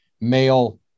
male